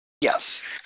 Yes